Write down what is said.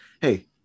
hey